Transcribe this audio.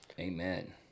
amen